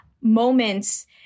moments